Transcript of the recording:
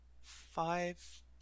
five